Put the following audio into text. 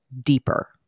deeper